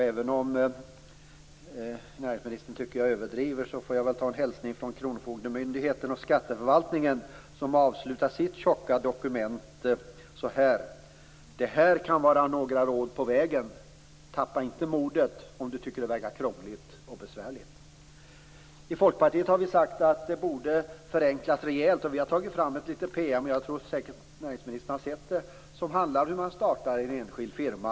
Även om näringsministern tycker att jag överdriver får jag väl framföra en hälsning från kronofogdemyndigheten och skatteförvaltningen som avslutar sitt tjocka dokument så här: Det här kan vara några råd på vägen. Tappa inte modet om du tycker att det verkar krångligt och besvärligt! I Folkpartiet har vi sagt att detta borde förenklas rejält. Vi har tagit fram ett litet PM - jag tror säkert att näringsministern har sett det - som handlar om hur man startar en enskild firma.